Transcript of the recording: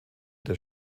der